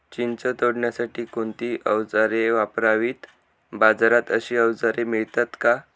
चिंच तोडण्यासाठी कोणती औजारे वापरावीत? बाजारात अशी औजारे मिळतात का?